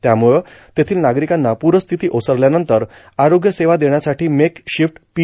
त्यामुळं तेथील नागरिकांना पूरस्थिती ओसरल्यानंतर आरोग्य सेवा देण्यासाठी मेक शिफ्ट पी